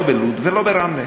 לא בלוד ולא ברמלה.